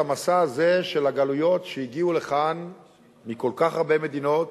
במסע הזה של הגלויות שהגיעו לכאן מכל כך הרבה מדינות,